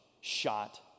shot